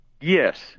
Yes